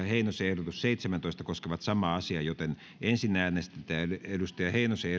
heinosen ehdotus yhdeksänkymmentäyhdeksän koskevat samaa määrärahaa joten ensin äänestetään timo heinosen